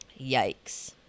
yikes